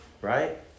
Right